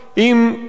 ואלימות,